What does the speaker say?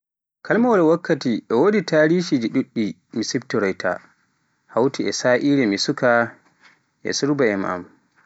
Kalimawaal wakkati e wodi tarishiiji ɗuɗɗi ɗi mi siftoroyta, hawti e sa'ire ko mi suka e surba en am.